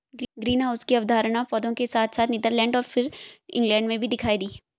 greenhouse की अवधारणा पौधों के साथ साथ नीदरलैंड और फिर इंग्लैंड में भी दिखाई दी